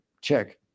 check